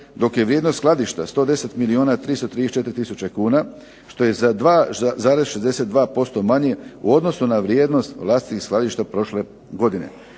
dok je vrijednost skladišta 110 milijuna 334 tisuće kuna što je za 2,62% manje u odnosu na vrijednost vlastitih skladišta prošle godine.